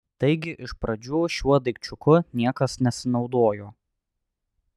taigi iš pradžių šiuo daikčiuku niekas nesinaudojo